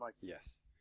yes